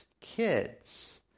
kids